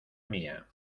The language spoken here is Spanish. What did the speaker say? mía